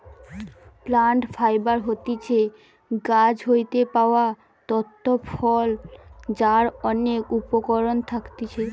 plant fibre হতিছে গাছ হইতে পাওয়া তন্তু ফল যার অনেক উপকরণ থাকতিছে